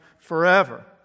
forever